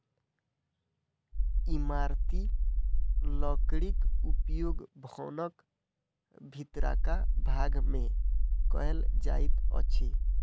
इमारती लकड़ीक उपयोग भवनक भीतरका भाग मे कयल जाइत अछि